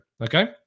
okay